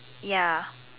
ya